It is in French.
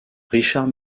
richard